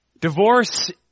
Divorce